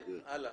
הלאה.